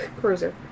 cruiser